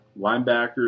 Linebackers